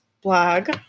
blog